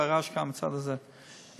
הרעש בצד הזה,